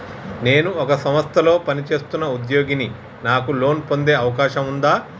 నేను ఒక సంస్థలో పనిచేస్తున్న ఉద్యోగిని నాకు లోను పొందే అవకాశం ఉందా?